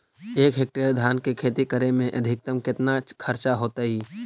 एक हेक्टेयर धान के खेती करे में अधिकतम केतना खर्चा होतइ?